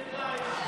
זה לא קשור.